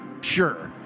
Sure